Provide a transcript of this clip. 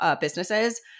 businesses